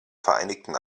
vereinigten